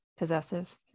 Possessive